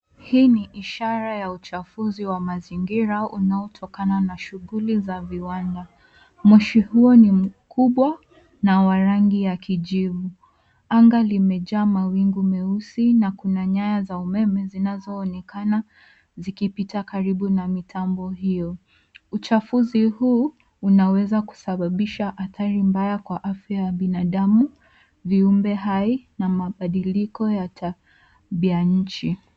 Hii ni ishara ya uchafuzi wa mazingira unaotokana na shughuli za viwanda. Moshi huo ni mkubwa, na wa rangi ya kijivu. Anga limejaa mawingu meusi na kuna nyaya za umeme zinazoonekana zikipita karibu na mitambo hio. Uchafuzi huu, unaweza kusababisha athari mbaya kwa afya ya binadamu, viumbe hai na mabadiliko ya tabia nchi.